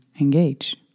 engage